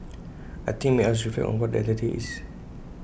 I think IT made us reflect on what that identity is